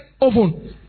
oven